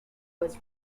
was